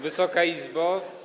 Wysoka Izbo!